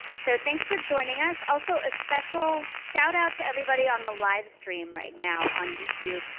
so thanks for joining us. also, a special shout-out to everybody on the livestream right now on youtube.